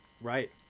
Right